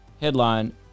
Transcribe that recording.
Headline